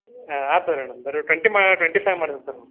ಹಾಂ ಆಯ್ತ್ ತಗೊಳಿ ಮೇಡಮ್ ಟ್ವೆಂಟಿ ಮಾ ಟ್ವೆಂಟಿ ಫೈವ್ ಮಾಡಿ ತಗೊಳಿ